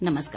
नमस्कार